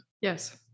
Yes